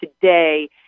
today